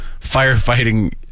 firefighting